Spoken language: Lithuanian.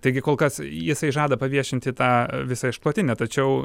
taigi kol kas jisai žada paviešinti tą visą išklotinę tačiau